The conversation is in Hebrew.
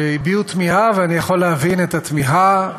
שהביעו תמיהה, ואני יכול להבין את התמיהה,